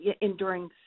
enduring